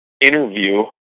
interview